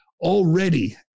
already